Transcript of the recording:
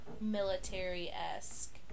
military-esque